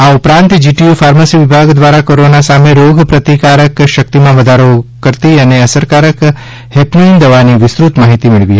આ ઉપરાંત GTU pharmacy વિભાગ દ્વારા કોરોના સામે રોગપ્રતિકારક શક્તિમાં વધારો કરતી અને અસરકારક હેમ્પોઈન દવાની વિસ્તૃત માહીતી મેળવી હતી